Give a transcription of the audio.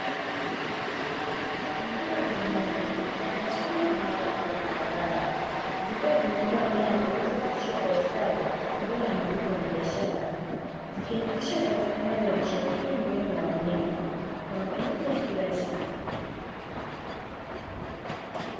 Nguzo za umeme zimesimama imara kando ya barabara, zikiwa zimebeba nyaya zilizopitishwa kwa ustadi mbele ya maduka ya biashara, zikihakikisha upatikanaji wa nishati hii muhimu ya umeme kwa matumizi ya kila siku.